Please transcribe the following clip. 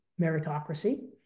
meritocracy